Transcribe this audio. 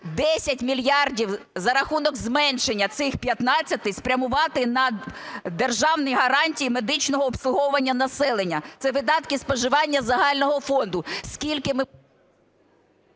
10 мільярдів за рахунок зменшення цих 15, спрямувати на державні гарантії медичного обслуговування населення. Це видатки споживання загального фонду,